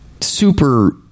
super